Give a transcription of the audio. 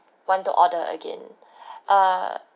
want to order again err